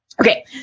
Okay